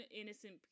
innocent